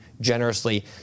generously